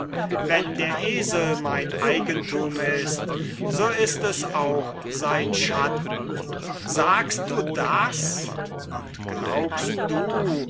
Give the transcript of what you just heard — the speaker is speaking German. wenn der esel mein eigentum ist so ist es auch sein schatten sagst du das und glaubst du